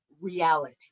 reality